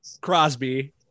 Crosby